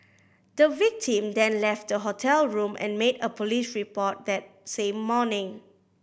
the victim then left the hotel room and made a police report that same morning